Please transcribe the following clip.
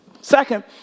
Second